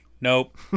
nope